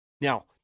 Now